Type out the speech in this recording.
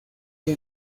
que